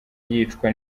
yicwa